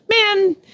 man